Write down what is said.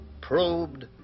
probed